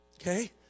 Okay